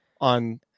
on